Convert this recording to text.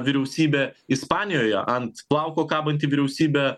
vyriausybė ispanijoje ant plauko kabanti vyriausybė